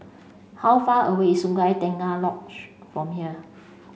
how far away Sungei Tengah Lodge from here